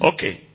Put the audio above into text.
Okay